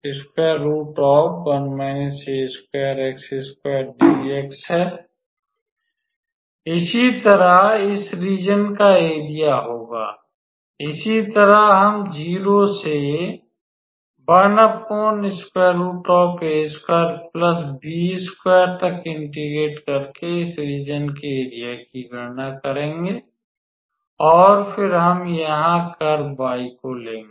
इसी तरह इस रीज़न का एरिया होगा इसी तरह हम 0 से तक इंटेग्रेट करके इस रीज़न के एरिया की गणना करेंगे और फिर हम यहाँ कर्व y को लेंगे